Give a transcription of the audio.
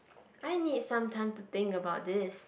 I need some time to think about this